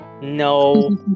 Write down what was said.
No